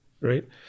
right